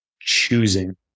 choosing